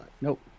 Nope